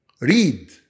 read